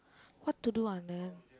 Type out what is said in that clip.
what to do Anand